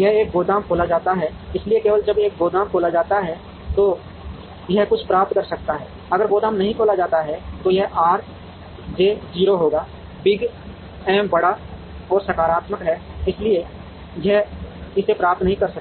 यहां एक गोदाम खोला जाता है इसलिए केवल जब एक गोदाम खोला जाता है तो यह कुछ प्राप्त कर सकता है अगर गोदाम नहीं खोला जाता है तो यह R j 0 होगा बिग M बड़ा और सकारात्मक है इसलिए यह इसे प्राप्त नहीं कर सकता